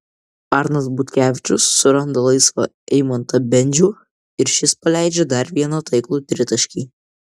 arnas butkevičius suranda laisvą eimantą bendžių ir šis paleidžia dar vieną taiklų tritaškį